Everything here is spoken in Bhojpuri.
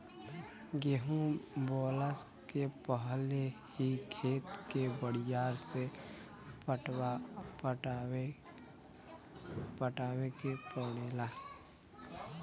गेंहू बोअला के पहिले ही खेत के बढ़िया से पटावे के पड़ेला